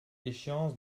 échéance